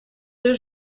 deux